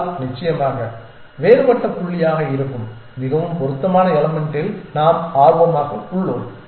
ஆனால் நிச்சயமாக வேறுபட்ட புள்ளியாக இருக்கும் மிகவும் பொருத்தமான எலமென்ட்டில் நாம் ஆர்வமாக உள்ளோம்